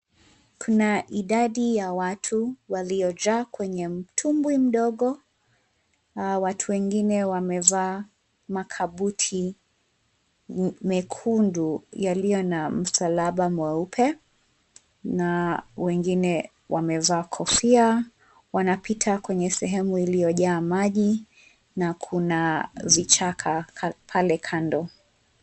Kuna idadi ya watu waliojaa kwenye mtumbwi mdogo. Watu wengine wamevaa makabuti mekundu yaliyo na msalaba mweupe na wengine wamevaa kofia. Wanapita kwenye sehemu iliyojaa maji na kuna vichaka pale kando.